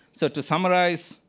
so to summarize,